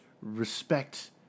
respect